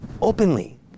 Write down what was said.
openly